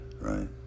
right